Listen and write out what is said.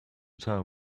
tell